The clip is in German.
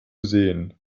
sehen